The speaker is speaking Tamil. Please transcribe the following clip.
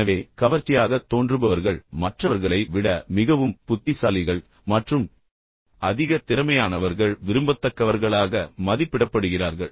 எனவே கவர்ச்சியாகத் தோன்றுபவர்கள் மற்றவர்களை விட மிகவும் புத்திசாலிகள் மற்றும் அதிக திறமையானவர்கள் விரும்பத்தக்கவர்களாக மதிப்பிடப்படுகிறார்கள்